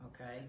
okay